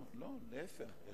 לא, להיפך.